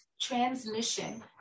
transmission